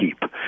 keep